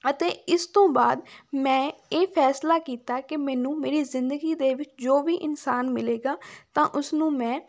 ਅਤੇ ਇਸ ਤੋਂ ਬਾਅਦ ਮੈਂ ਇਹ ਫੈਸਲਾ ਕੀਤਾ ਕਿ ਮੈਨੂੰ ਮੇਰੀ ਜ਼ਿੰਦਗੀ ਦੇ ਵਿੱਚ ਜੋ ਵੀ ਇਨਸਾਨ ਮਿਲੇਗਾ ਤਾਂ ਉਸਨੂੰ ਮੈਂ